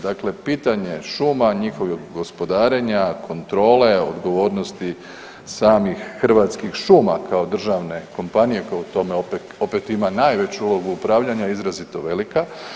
Dakle, pitanje šuma, njihovog gospodarenja, kontrole, odgovornosti samih Hrvatskih šuma kao državne kompanija koja u tome opet ima najveću ulogu upravljanja je izrazito velika.